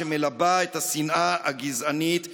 שמלבה את השנאה הגזענית יום-יום,